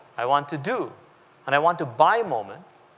i want to do and i want to buy moments,